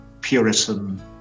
Puritan